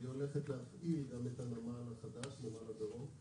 היא הולכת להפעיל גם את הנמל החדש, נמל הדרום.